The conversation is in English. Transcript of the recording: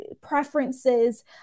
preferences